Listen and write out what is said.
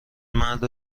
مرد